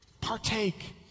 Partake